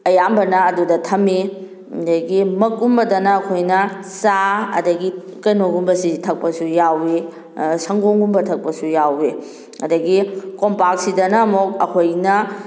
ꯑꯌꯥꯝꯕꯅ ꯑꯗꯨꯗ ꯊꯝꯃꯤ ꯑꯗꯨꯗꯒꯤ ꯃꯛꯀꯨꯝꯕꯗꯅ ꯑꯩꯈꯣꯏꯅ ꯆꯥ ꯑꯗꯨꯗꯒꯤ ꯀꯩꯅꯣꯒꯨꯝꯕꯁꯤ ꯊꯛꯄꯁꯨ ꯌꯥꯎꯏ ꯁꯪꯒꯣꯝꯒꯨꯝꯕ ꯊꯛꯄꯁꯨ ꯌꯥꯎꯏ ꯑꯗꯨꯗꯒꯤ ꯀꯣꯝꯄꯥꯛꯁꯤꯗꯅ ꯑꯃꯨꯛ ꯑꯩꯈꯣꯏꯅ